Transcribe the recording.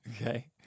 Okay